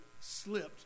slipped